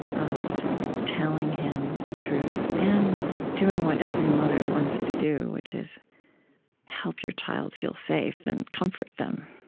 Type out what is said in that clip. of telling him the truth, and doing what every mother wants to do, which is help your child feel safe and comfort them.